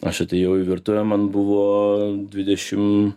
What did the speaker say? aš atėjau į virtuvę man buvo dvidešim